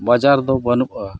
ᱵᱟᱡᱟᱨ ᱫᱚ ᱵᱟᱹᱱᱩᱜᱼᱟ